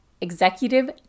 executive